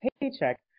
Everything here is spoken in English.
paycheck